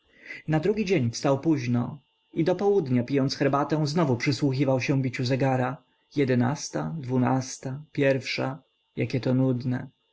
na drugi dzień wstał późno i do południa pijąc herbatę znowu przysłuchiwał się biciu zegara jedynasta dwunasta pierwsza jakie to nudne